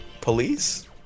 Police